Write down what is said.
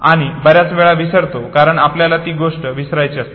आणि बर्याच वेळा विसरतो कारण आपल्याला ती गोष्ट विसरायची असते